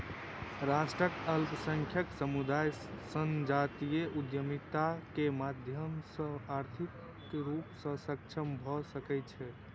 राष्ट्रक अल्पसंख्यक समुदाय संजातीय उद्यमिता के माध्यम सॅ आर्थिक रूप सॅ सक्षम भ सकै छै